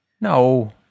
No